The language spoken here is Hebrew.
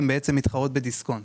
הן בעצם מתחרות בדיסקונט.